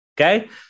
Okay